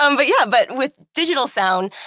um but yeah. but with digital sound,